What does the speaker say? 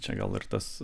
čia gal ir tas